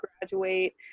graduate